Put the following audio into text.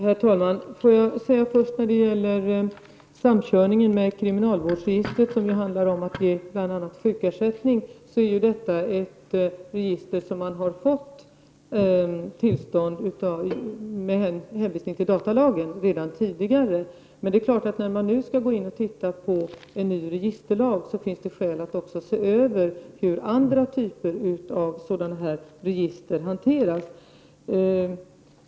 Herr talman! Jag vill först säga att när det gäller den samkörning med kriminalvårdsregistret som sker för att fastställa sjukersättning, är detta ett register som man redan har fått tillstånd till med hänvisning till datalagen. När man nu skall gå in och titta på en ny registerlag är det klart att det finns skäl att också se över hur andra typer av sådana här register hanteras.